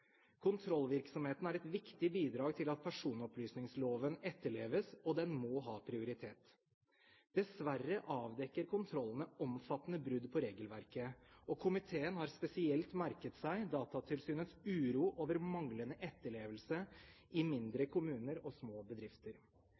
Kontrollvirksomheten er et viktig bidrag til at personopplysningsloven etterleves, og den må ha prioritet. Dessverre avdekker kontrollene omfattende brudd på regelverket, og komiteen har spesielt merket seg Datatilsynets uro over manglende etterlevelse i mindre kommuner og